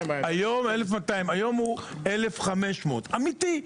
היום הוא 1,500. אמיתי.